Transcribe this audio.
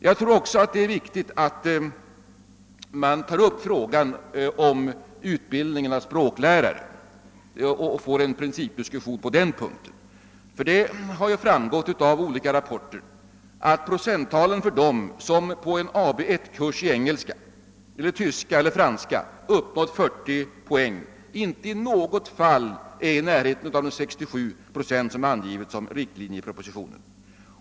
Jag tror också det är riktigt att man tar upp frågan om utbildningen av språklärare. Det har ju framgått av olika rapporter att procenttalen för dem som på en AB 1-kurs i engelska eller tyska eller franska uppnått 40 poäng inte i något fall är i närheten av de 67 procent som angivits som riktlinje i propositionen.